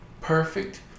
perfect